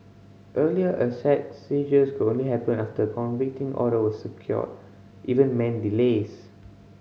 earlier asset seizures could only happen after order was secured even meant delays